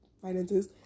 finances